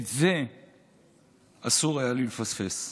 את זה אסור היה לי לפספס.